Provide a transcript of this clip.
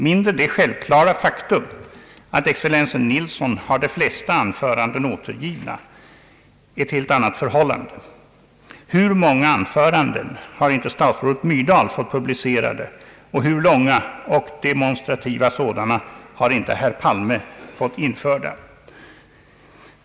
mindre det självklara faktum att excellensen Nilsson har de flesta anförandena återgivna än ett helt annat förhållande: Hur många anföranden har inte statsrådet Myrdal fått publicerade, och hur långa och demonstrativa sådana har inte herr Palme fått införda?